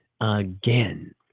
Again